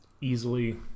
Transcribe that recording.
easily